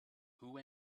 who